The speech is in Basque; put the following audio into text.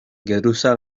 geruza